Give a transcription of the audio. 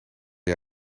jij